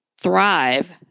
thrive